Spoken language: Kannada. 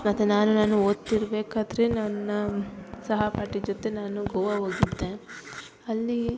ಮತ್ತೆ ನಾನು ನಾನು ಓದುತ್ತಿರ್ಬೇಕಾದ್ರೆ ನನ್ನ ಸಹಪಾಠಿ ಜೊತೆ ನಾನು ಗೋವಾ ಹೋಗಿದ್ದೆ ಅಲ್ಲಿ